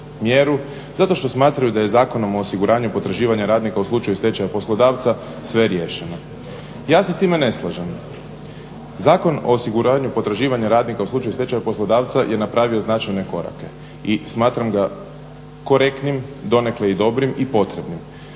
zato što smatraju da je Zakonom o osiguranju potraživanja radnika u slučaju stečaja poslodavca sve riješeno. Ja se s time ne slažem. Zakon o osiguravanju potraživanja radnika u slučaju stečaj poslodavca je napravio značajne korake i smatram ga korektnim, donekle i dobrim i potrebnim.